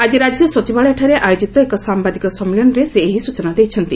ଆକି ରାଜ୍ୟ ସଚିବାଳୟଠାରେ ଆୟୋଜିତ ଏକ ସାମ୍ଭାଦିକ ସମ୍ମିଳନୀରେ ସେ ଏହି ସ୍ଟଚନା ଦେଇଛନ୍ତି